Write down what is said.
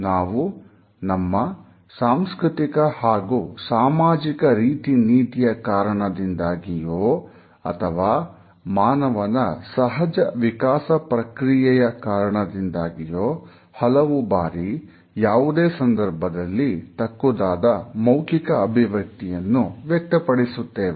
ನಾವು ನಮ್ಮ ಸಾಂಸ್ಕೃತಿಕ ಹಾಗೂ ಸಾಮಾಜಿಕ ರೀತಿನೀತಿಯ ಕಾರಣದಿಂದಾಗಿಯೋ ಅಥವಾ ಮಾನವನ ಸಹಜ ವಿಕಾಸ ಪ್ರಕ್ರಿಯೆಯ ಕಾರಣದಿಂದಾಗಿಯೋ ಹಲವು ಬಾರಿ ಯಾವುದೇ ಸಂದರ್ಭದಲ್ಲಿ ತಕ್ಕುದಾದ ಮೌಖಿಕ ಅಭಿವ್ಯಕ್ತಿಯನ್ನು ವ್ಯಕ್ತಪಡಿಸುತ್ತೇವೆ